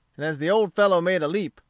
and as the old fellow made a leap,